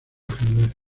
ajedrez